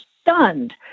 stunned